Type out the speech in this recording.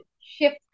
shift